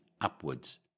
upwards